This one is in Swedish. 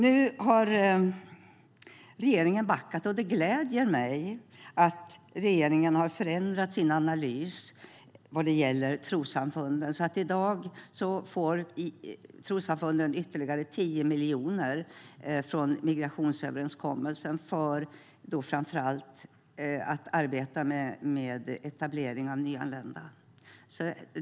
Nu har regeringen backat, och det gläder mig att regeringen har ändrat sin analys när det gäller trossamfunden. I dag får de ytterligare 10 miljoner genom migrationsöverenskommelsen för framför allt sitt arbete med etablering av nyanlända.